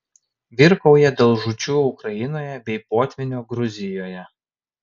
virkauja dėl žūčių ukrainoje bei potvynio gruzijoje